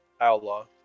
Outlaw